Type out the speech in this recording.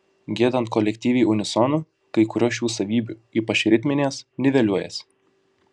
giedant kolektyviai unisonu kai kurios šių savybių ypač ritminės niveliuojasi